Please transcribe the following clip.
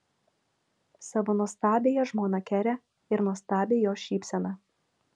savo nuostabiąją žmoną kerę ir nuostabią jos šypseną